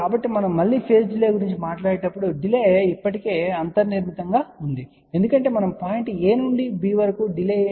కాబట్టి మనము మళ్ళీ ఫేజ్ డిలే గురించి మాట్లాడేటప్పుడు డిలే ఇప్పటికే అంతర్నిర్మితంగా ఉంది ఎందుకంటే మనం పాయింట్ a నుండి b వరకు డిలే ఏమిటి